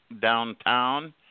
downtown